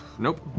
nope.